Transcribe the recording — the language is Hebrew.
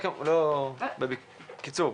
מההוצאות.